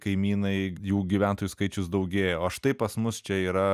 kaimynai jų gyventojų skaičius daugėja o štai pas mus čia yra